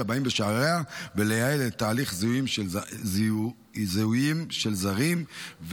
הבאים בשעריה ולייעל את תהליך זיהויים של זרים.